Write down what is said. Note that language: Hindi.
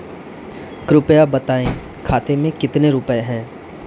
कृपया बताएं खाते में कितने रुपए हैं?